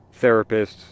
therapists